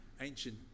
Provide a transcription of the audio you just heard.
ancient